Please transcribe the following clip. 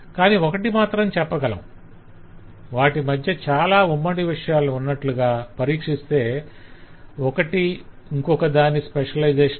కాని ఒకటి మాత్రం చెప్పగలం - వాటి మధ్య చాలా ఉమ్మడి విషయాలు ఉన్నట్లుగా పరీక్షిస్తే ఒకటి ఇంకొకదాని స్పెషలైజేషన్ అని